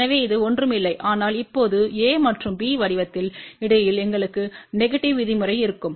எனவே இது ஒன்றுமில்லை ஆனால் இப்போது a மற்றும் b வடிவத்தில்இடையில் எங்களுக்கு நெகடிவ் விதிமுறை இருக்கும்